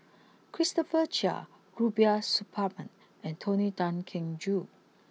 Christopher Chia Rubiah Suparman and Tony Tan Keng Joo